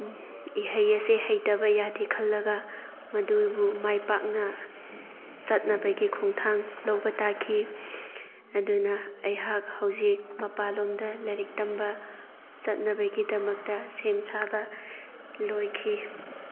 ꯏꯍꯩ ꯑꯁꯦ ꯍꯩꯇꯕ ꯌꯥꯗꯦ ꯈꯜꯂꯒ ꯃꯗꯨꯕꯨ ꯃꯥꯏ ꯄꯥꯛꯅ ꯆꯠꯅꯕꯒꯤ ꯈꯣꯡꯊꯥꯡ ꯂꯧꯕ ꯇꯥꯈꯤ ꯑꯗꯨꯅ ꯑꯩꯍꯥꯛ ꯍꯧꯖꯤꯛ ꯃꯄꯥꯟ ꯂꯣꯝꯗ ꯂꯥꯏꯔꯤꯛ ꯇꯝꯕ ꯆꯠꯅꯕꯒꯤꯗꯃꯛꯇ ꯁꯦꯝ ꯁꯥꯕ ꯂꯣꯏꯈꯤ